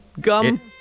gum